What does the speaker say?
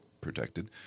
protected